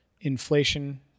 inflation